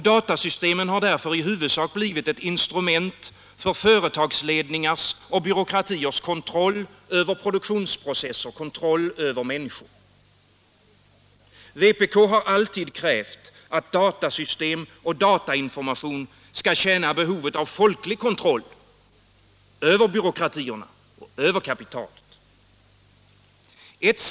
Datasystemen har därför i huvudsak blivit ett instrument för företagsledningars och byråkratiers kontroll över produktionsprocesser och över människor. Vpk har alltid krävt att datasystem och datainformation skall tjäna behovet av folklig kontroll över byråkratierna och över kapitalet.